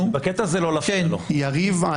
אמרת שאחד תמך, ביבי.